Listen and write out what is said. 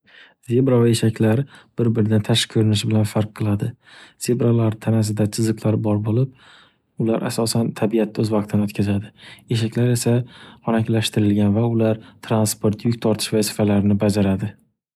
Zebra va eshaklar bir-biridan tashqi ko'rinishi bilan farq qiladi. Zebralar tanasida chiziklar bor bo'lib, ular asosan tabiatda o'z vaqtini o'tqazadi. Eshaklar esa xonaklashtirilgan va ular transport, yuk tortish vazifalarini bajaradi.